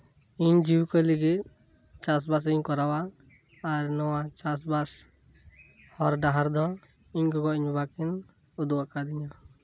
ᱤᱧ ᱡᱤᱵᱤᱠᱟ ᱞᱟᱹᱜᱤᱫ ᱪᱟᱥᱵᱟᱥᱤᱧ ᱠᱚᱨᱟᱣᱟ ᱟᱨ ᱱᱚᱶᱟ ᱪᱟᱥᱵᱟᱥ ᱦᱚᱨ ᱰᱟᱦᱟᱨ ᱫᱚ ᱤᱧ ᱜᱚᱜᱚ ᱤᱧ ᱵᱟᱵᱟ ᱠᱤᱱ ᱩᱫᱩᱜ ᱟᱠᱟᱫᱤᱧᱟ